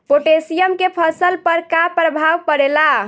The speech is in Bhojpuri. पोटेशियम के फसल पर का प्रभाव पड़ेला?